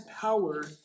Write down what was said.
power